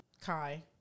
Kai